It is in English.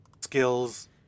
skills